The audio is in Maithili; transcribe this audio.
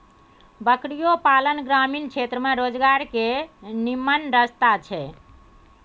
बकरियो पालन ग्रामीण क्षेत्र में रोजगार के निम्मन रस्ता छइ